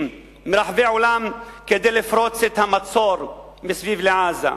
מרחבי העולם כדי לפרוץ את המצור מסביב לעזה?